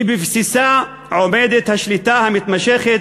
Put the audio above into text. שבבסיסה עומדת השליטה המתמשכת